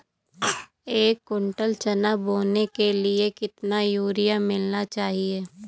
एक कुंटल चना बोने के लिए कितना यूरिया मिलाना चाहिये?